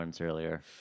earlier